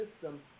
system